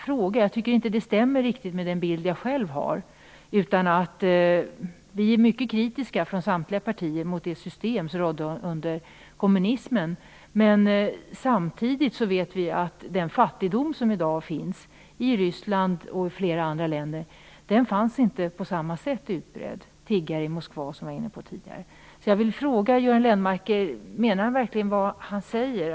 Detta stämmer inte riktigt med den bild som jag själv har. Vi är från samtliga partier mycket kritiska mot det system som rådde under kommunismen, men samtidigt vet vi att den fattigdom som i dag finns i Ryssland och i flera andra länder inte hade samma utbredning tidigare. Jag pekade förut på tiggarna i Moskva. Jag vill fråga Göran Lennmarker om han verkligen menar vad han säger.